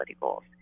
goals